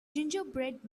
gingerbread